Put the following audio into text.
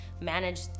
manage